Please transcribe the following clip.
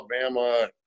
Alabama